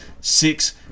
six